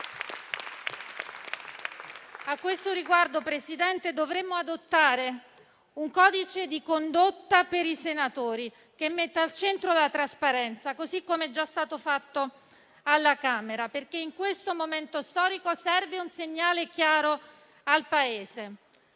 A questo riguardo, signora Presidente, dovremmo adottare un codice di condotta per i senatori che metta al centro la trasparenza, così come è già stato fatto alla Camera, perché in questo momento storico serve un segnale chiaro al Paese.